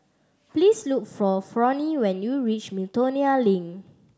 please look for Fronnie when you reach Miltonia Link